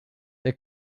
they